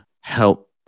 help